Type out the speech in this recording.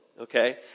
okay